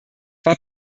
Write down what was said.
war